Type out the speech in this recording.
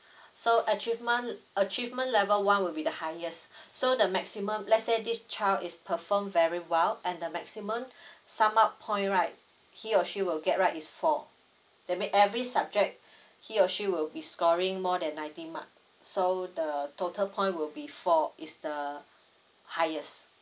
so achieve month achievement level one would be the highest so the maximum let's say this child is perform very well and the maximum sum up point right he or she will get right is four that mean every subject he or she will be scoring more than ninety mark so the total point will be four is the highest